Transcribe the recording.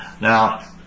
Now